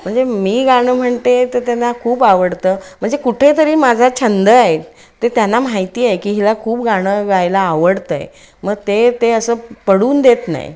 म्हणजे मी गाणं म्हणते तर त्यांना खूप आवडतं म्हणजे कुठेतरी माझा छंद आहे ते त्यांना माहिती आहे की हिला खूप गाणं गायला आवडतं आहे मग ते ते असं पडून देत नाही